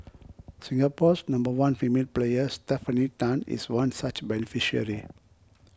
Singapore's number one female player Stefanie Tan is one such beneficiary